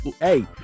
Hey